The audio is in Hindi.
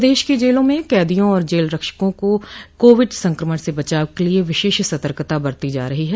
प्रदेश की जेलों में कैदियों और जेल रक्षकों को काविड संक्रमण से बचाव के लिये विशेष सतर्कता बरती जा रही हैं